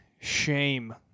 shame